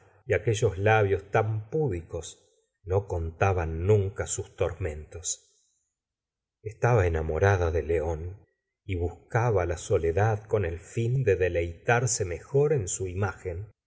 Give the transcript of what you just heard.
y aquellos labios tan púdicos no contaban nunca sus tormentos estaba enamorada de león y buscaba la soledad con el fin de deleitarse mejor en su imagen